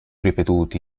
ripetuti